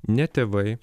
ne tėvai